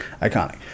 Iconic